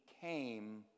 came